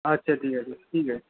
আচ্ছা ঠিক আছে ঠিক আছে